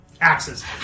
axes